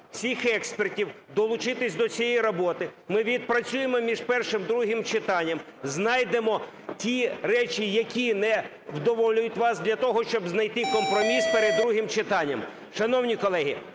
всіх експертів долучитися до цієї роботи. Ми відпрацюємо між першим і другим читанням, знайдемо ті речі, які не вдоволяють вас, для того щоб знайти компроміс перед другим читанням. Шановні колеги,